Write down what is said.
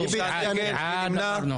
טיבי, אתה נמנע?